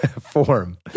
form